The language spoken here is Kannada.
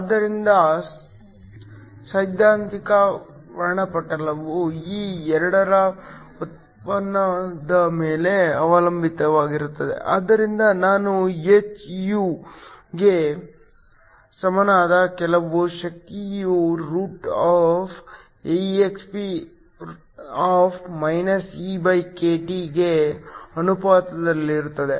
ಆದ್ದರಿಂದ ಸೈದ್ಧಾಂತಿಕ ವರ್ಣಪಟಲವು ಈ 2 ರ ಉತ್ಪನ್ನದ ಮೇಲೆ ಅವಲಂಬಿತವಾಗಿರುತ್ತದೆ ಆದ್ದರಿಂದ ನಾನು hυ ಗೆ ಸಮನಾದ ಕೆಲವು ಶಕ್ತಿಯು ಗೆ ಅನುಪಾತದಲ್ಲಿರುತ್ತದೆ